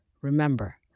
Remember